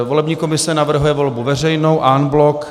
Volební komise navrhuje volbu veřejnou en bloc.